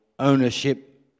Ownership